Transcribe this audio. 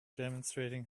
demonstrating